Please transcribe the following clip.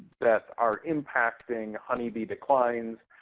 that are impacting honeybee declines.